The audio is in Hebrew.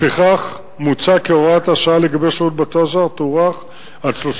לפיכך מוצע כי הוראת השעה לגבי שירות בתי-הסוהר תוארך עד 30